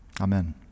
Amen